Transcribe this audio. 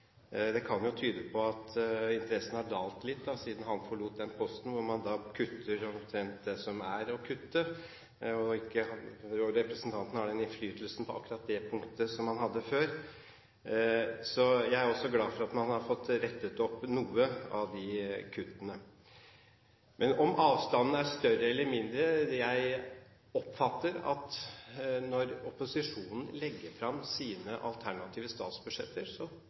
det kan jo tyde på at interessen har dalt litt siden han forlot den posten, når man kutter omtrent det som er å kutte, og representanten ikke har den innflytelsen på akkurat det punktet som han hadde før. Så jeg er også glad for at man har fått rettet opp noen av de kuttene. Om avstanden er større eller mindre? Jeg oppfatter at når opposisjonen legger fram sine alternative statsbudsjetter, så